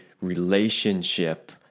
relationship